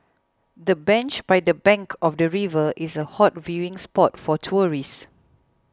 the bench by the bank of the river is a hot viewing spot for tourists